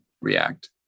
react